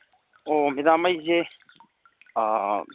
ꯑꯣ ꯃꯦꯗꯥꯝ ꯑꯩꯁꯦ